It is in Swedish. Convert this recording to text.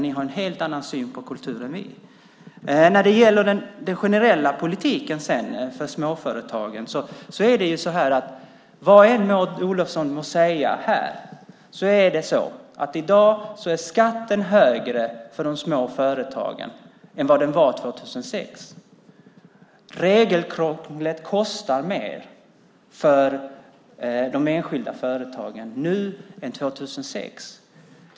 Ni har en helt annan syn på kultur än vi. Vad Maud Olofsson än må säga när det gäller den generella politiken gentemot småföretag är skatten för de små företagen i dag högre än den var 2006. Regelkrånglet kostar nu mer för de enskilda företagen än det gjorde 2006.